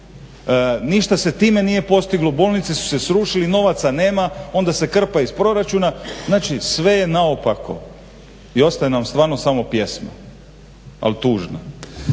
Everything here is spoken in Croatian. Ništa se time nije postiglo, bolnice su se srušile i novaca nema. Onda se krpa iz proračuna. Znači sve je naopako. I ostaje nam stvarno samo pjesma. Al tužna.